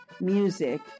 music